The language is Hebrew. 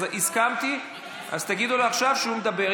הסכמתי, תגידו לו עכשיו שהוא מדבר.